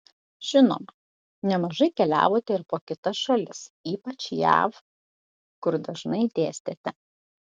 žinoma nemažai keliavote ir po kitas šalis ypač jav kur dažnai dėstėte